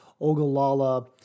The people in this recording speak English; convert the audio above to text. Ogallala